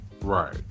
right